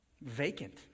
vacant